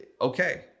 okay